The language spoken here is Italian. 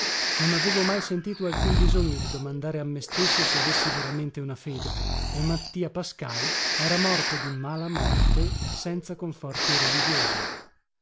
non avevo mai sentito alcun bisogno di domandare a me stesso se avessi veramente una fede e mattia pascal era morto di mala morte senza conforti religiosi